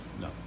No